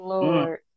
Lord